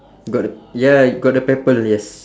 got the ya got the people yes